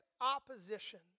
opposition